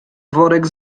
worek